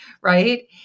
right